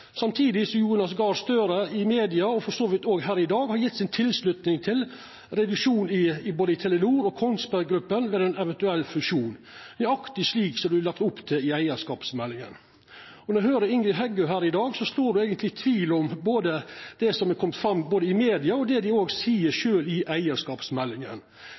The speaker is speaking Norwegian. samtidig som at Jonas Gahr Støre i media, og for så vidt òg her i dag, har gjeve si tilslutning til reduksjon i både Telenor og Kongsberg Gruppen ved ein eventuell fusjon – nøyaktig slik det vert lagt opp til i eigarskapsmeldinga. Og når eg høyrer Ingrid Heggø her i dag, sår det eigentleg tvil om både det som har kome fram i media, og det dei seier sjølve i samband med eigarskapsmeldinga.